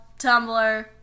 tumblr